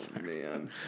Man